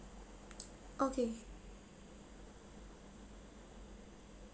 okay